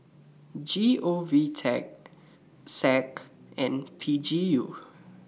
G O V Tech SAC and P G U